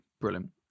Brilliant